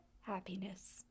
happiness